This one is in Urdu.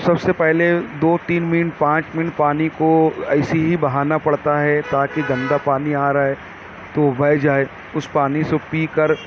سب سے پہلے دو تین منٹ پانچ منٹ پانی کو ایسے ہی بہانا پڑتا ہے تاکہ گندا پانی آ رہا ہے تو بہہ جائے اس پانی سے پی کر